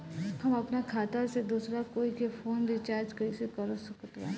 हम अपना खाता से दोसरा कोई के फोन रीचार्ज कइसे कर सकत बानी?